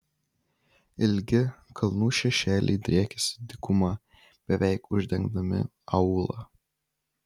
ilgi kalnų šešėliai driekėsi dykuma beveik uždengdami aūlą